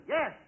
Yes